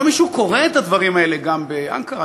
הלוא מישהו קורא את הדברים האלה גם באנקרה.